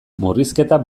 murrizketak